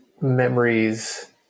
memories